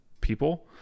people